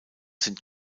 sind